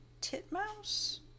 titmouse